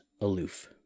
aloof